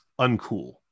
uncool